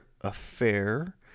affair